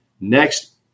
Next